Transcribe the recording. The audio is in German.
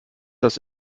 das